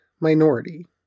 minority